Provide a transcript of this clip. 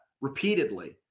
repeatedly